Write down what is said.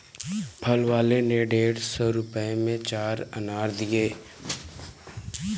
फल वाले ने डेढ़ सौ रुपए में चार अनार दिया